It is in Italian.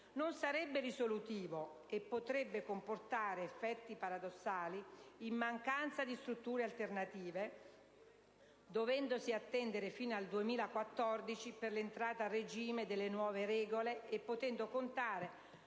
non sarebbe risolutivo e potrebbe comportare effetti paradossali in mancanza di strutture alternative, dovendosi attendere fino al 2014 per l'entrata a regime delle nuove regole e potendo contare